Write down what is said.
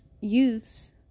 youths